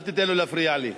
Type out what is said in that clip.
אל תיתן לו להפריע לי.